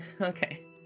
Okay